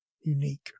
unique